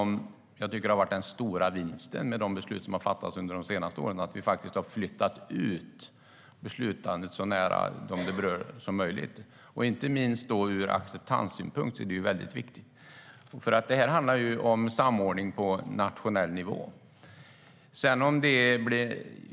Den stora vinsten med de beslut som fattats under senare år är att vi har flyttat ut beslutandet så nära dem de berör som möjligt. Inte minst ur acceptanssynpunkt är detta viktigt. Det här handlar om samordning på nationell nivå.